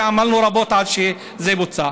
שעמלנו רבות עד שזה בוצע.